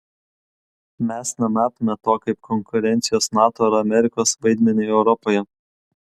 mes nematome to kaip konkurencijos nato ar amerikos vaidmeniui europoje